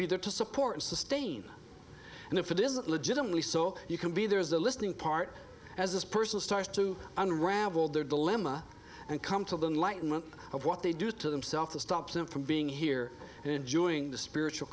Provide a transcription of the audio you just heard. be there to support sustain and if it isn't legitimately so you can be there is the listening part as this person starts to unravel their dilemma and come to the light much of what they do to themselves to stop them from being here and enjoying the spiritual